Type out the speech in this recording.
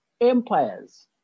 empires